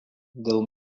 dėl